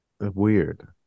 weird